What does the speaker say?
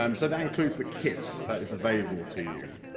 um so that includes the kit that is available to you.